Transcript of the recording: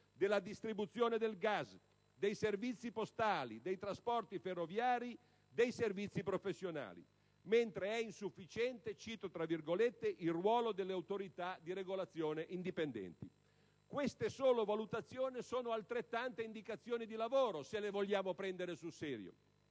della distribuzione del gas, dei servizi postali, dei trasporti ferroviari, dei servizi professionali. Mentre "è insufficiente il ruolo delle autorità di regolazione indipendenti". Queste sole valutazioni sono altrettante indicazioni di lavoro. Ma il Governo sembra muoversi